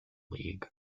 league